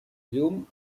llum